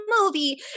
movie